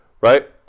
Right